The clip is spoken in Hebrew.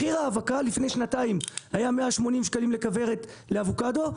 מחיר האבקה לפני שנתיים היה 180 שקלים לכוורת לאבוקדו.